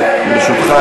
ברשותך,